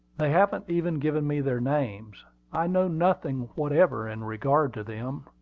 they haven't even given me their names i know nothing whatever in regard to them.